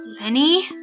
Lenny